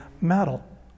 metal